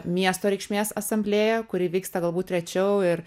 miesto reikšmės asamblėja kuri vyksta galbūt rečiau ir